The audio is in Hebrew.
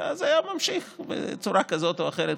אלא זה היה נמשך בצורה כזאת או אחרת,